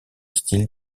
styles